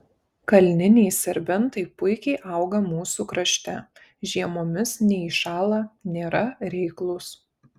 kalniniai serbentai puikiai auga mūsų krašte žiemomis neiššąla nėra reiklūs